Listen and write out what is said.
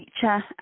feature